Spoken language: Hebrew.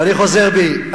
ואני חוזר בי.